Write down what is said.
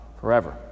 forever